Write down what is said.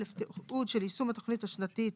תיעוד של יישום התכנית השנתית,